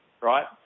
Right